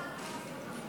נקודה.